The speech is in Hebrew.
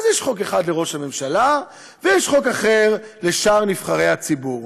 אז יש חוק אחד לראש הממשלה ויש חוק אחר לשאר נבחרי הציבור.